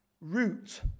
root